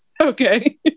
Okay